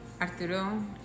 Arturo